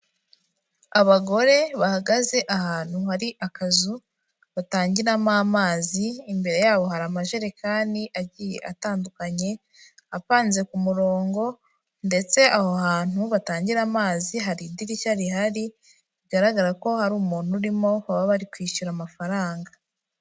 Abagore bahagaze ahantu hari akazu batangiramo amazi, imbere yabo hari amajerekani agiye atandukanye apanze ku murongo ndetse aho hantu batangira amazi hari idirishya rihari, bigaragara ko hari umuntu urimo baba bari kwishyura amafaranga.